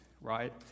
right